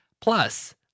Plus